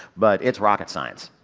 but it's rocket science.